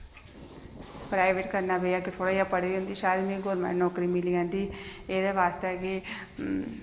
private करना पेआ इक्क थोह्ड़ा मता पढ़ी दी होंदी ही शायद में गौरमेंट नौकरी मिली जानी ही एह्दे आस्तै कि